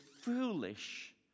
foolish